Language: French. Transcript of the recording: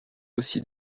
aussi